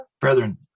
Brethren